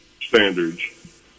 standards